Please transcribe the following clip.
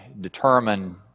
determine